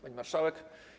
Pani Marszałek!